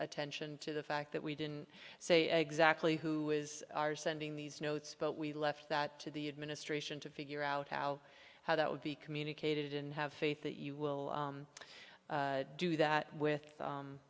attention to the fact that we didn't say exactly who is sending these notes but we left that to the administration to figure out how how that would be communicated in have faith that you will do that with